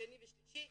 שני ושלישי,